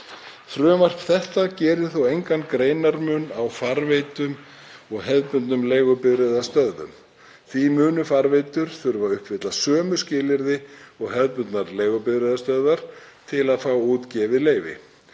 Frumvarp þetta gerir þó engan greinarmun á farveitum og hefðbundnum leigubifreiðastöðvum. Því munu farveitur þurfa að uppfylla sömu skilyrði og hefðbundnar leigubifreiðastöðvar til að fá útgefið leyfi.